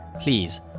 Please